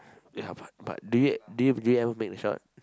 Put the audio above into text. yeah but but do you do you do you ever make the shot